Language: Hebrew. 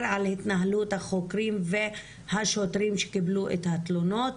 על התנהלות החוקרים והשוטרים שקיבלו את התלונות,